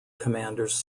commanders